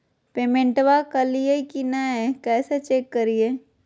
पेमेंटबा कलिए की नय, कैसे चेक करिए?